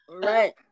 Right